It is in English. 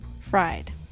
Fried